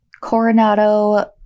Coronado